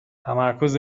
تمرکز